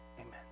Amen